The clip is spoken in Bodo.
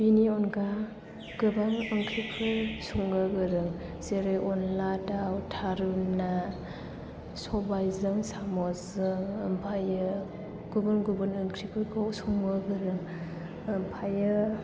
बेनि अनगा गोबां ओंख्रिफोर संनो गोरों जेरै अनला दाउ थारुन ना सबाइजों साम'जों ओमफ्रायो गुबुन गुबुन ओंख्रिफोरखौ संनो गोरों ओमफ्रायो